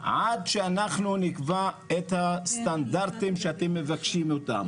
עד שאנחנו נקבע את הסטנדרטים שאתם מבקשים אותם.